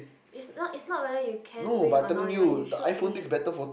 it's it's not whether you can bring or not you are you should bring